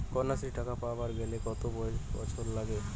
কন্যাশ্রী টাকা পাবার গেলে কতো বছর বয়স লাগে?